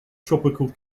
tropical